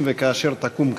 אם וכאשר תקום כזאת.